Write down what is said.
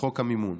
בחוק המימון.